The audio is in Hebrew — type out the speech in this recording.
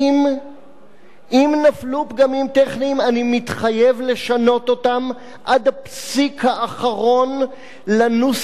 אני מתחייב לשנות אותם עד הפסיק האחרון לנוסח הקיים של חוק השבות,